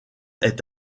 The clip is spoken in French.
est